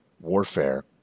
warfare